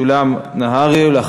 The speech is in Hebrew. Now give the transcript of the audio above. היושב-ראש.